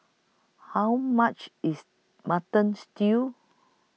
How much IS Mutton Stew